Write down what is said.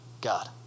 God